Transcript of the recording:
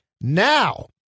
Now